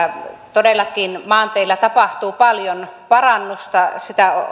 todellakin maanteillä tapahtuu paljon parannusta sitä